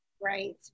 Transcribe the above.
right